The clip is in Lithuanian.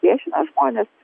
priešina žmones